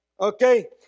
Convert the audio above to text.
Okay